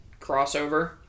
crossover